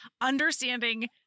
Understanding